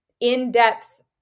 in-depth